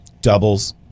doubles